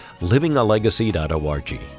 livingalegacy.org